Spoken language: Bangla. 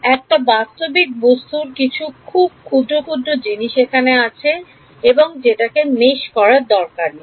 একটা বাস্তবিক বস্তুর কিছু খুব ক্ষুদ্র ক্ষুদ্র জিনিস এখানে আছে এবং যেটাকে জাল করার দরকার নেই